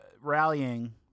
rallying